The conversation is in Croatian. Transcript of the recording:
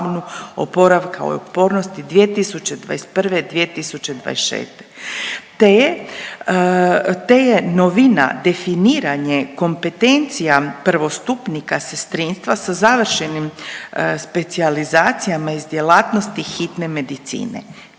oporavka i otpornosti 2021./2024. te je novina definiranje kompetencija prvostupnika sestrinstva sa završenim specijalizacijama iz djelatnosti hitne medicine.